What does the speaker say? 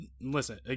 listen